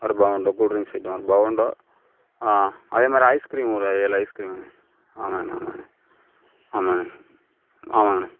ஒரு பொவொண்டோ கூல்ட்ரிங்ஸ்ஸு பொவெண்ட்டோ ஆ அதேமாதிரி ஐஸ்கிரீம்மு ஒரு ஏழு ஐஸ்கிரீம்ங்கண்ணா ஆமாங்கண்ணா ஆமாங்கண்ணா ஆமாங்கண்ணா ஆமாங்கண்ணா